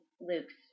Luke's